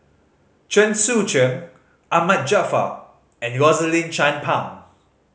Chen Sucheng Ahmad Jaafar and Rosaline Chan Pang